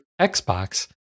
Xbox